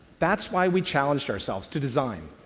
that's why we challenged ourselves to design